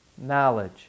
knowledge